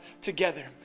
together